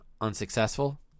unsuccessful